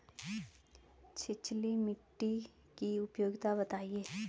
छिछली मिट्टी की उपयोगिता बतायें?